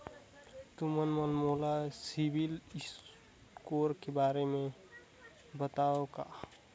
तुमन मन मोला सीबिल स्कोर के बारे म बताबो का?